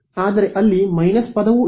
ಆದರೆ ಅಲ್ಲಿ ಮೈನಸ್ ಪದವೂ ಇದೆ